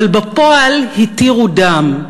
אבל בפועל התירו דם.